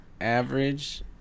Average